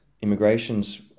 immigration's